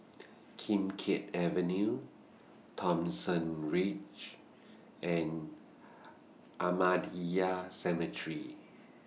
Kim Keat Avenue Thomson Ridge and Ahmadiyya Cemetery